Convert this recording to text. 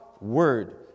word